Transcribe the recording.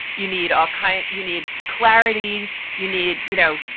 you need archaia. you need clarity you need you know,